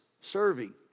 serving